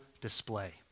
display